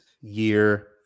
year